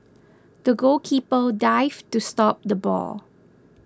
the goalkeeper dived to stop the ball